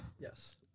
Yes